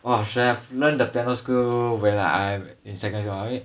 !wah! should have learn the piano skill when I'm in secondary school right